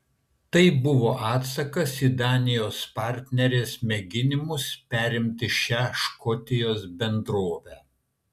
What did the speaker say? tai buvo atsakas į danijos partnerės mėginimus perimti šią škotijos bendrovę